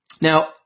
Now